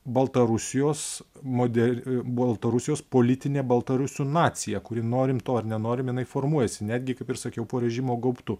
baltarusijos moder baltarusijos politinė baltarusių nacija kuri norim to ar nenorim jinai formuojasi netgi kaip ir sakiau po režimo gaubtu